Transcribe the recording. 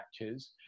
matches